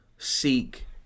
seek